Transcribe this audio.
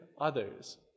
others